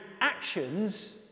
actions